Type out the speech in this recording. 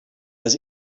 was